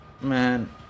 Man